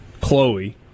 Chloe